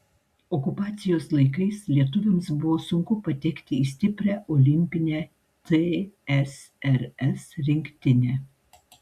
okupacijos laikais lietuviams buvo sunku patekti į stiprią olimpinę tsrs rinktinę